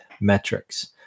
metrics